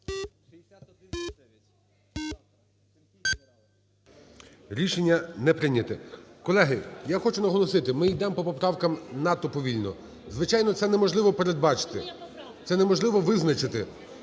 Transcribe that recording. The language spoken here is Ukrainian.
Рішення не прийнято. Колеги, я хочу наголосити, ми йдемо по поправках надто повільно. Звичайно, це неможливо передбачити, неможливо визначити,